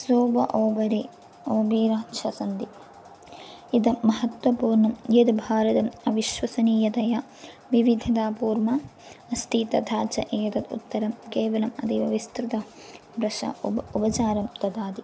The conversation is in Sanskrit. सोब ओबरि ओबीरा च सन्ति इदं महत्त्वपूर्णं यद् भारतम् अविश्वसनीयतया विविधतापूर्णा अस्ति तथा च एतत् उत्तरं केवलम् अतीवविस्तृतं भृशम् उप उपचारं ददाति